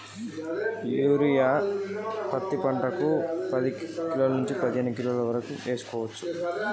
పత్తి సాగుకు ఒక ఎకరానికి ఎన్ని కిలోగ్రాముల యూరియా వెయ్యాల్సి ఉంటది?